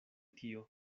tio